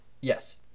Yes